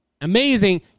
amazing